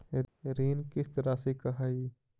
ऋण किस्त रासि का हई?